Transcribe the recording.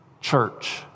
Church